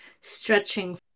stretching